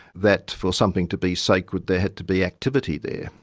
that for something to be sacred, there had to be activity there.